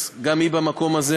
אז גם היא במקום הזה,